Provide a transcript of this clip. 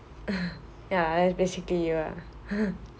ya that is basically you ah